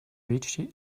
reached